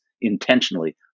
intentionally